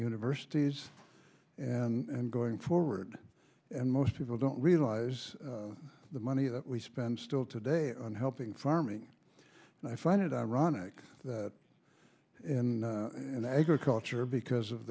universities and going forward and most people don't realize the money that we spend still today on helping farming and i find it ironic that in an agriculture because of